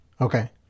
Okay